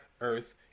earth